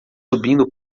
subindo